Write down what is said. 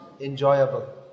enjoyable